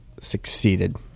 succeeded